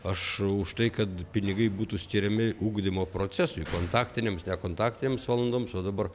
aš už tai kad pinigai būtų skiriami ugdymo procesui kontaktinėms nekontaktinėms valandoms o dabar